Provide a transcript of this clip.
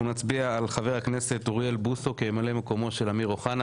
אנחנו נצביע על חבר הכנסת אוריאל בוסו כממלא מקומו של אמיר אוחנה.